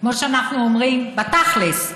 כמו שאנחנו אומרים, בתכל'ס,